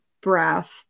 breath